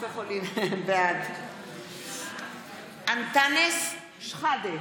בעד אנטאנס שחאדה,